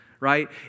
Right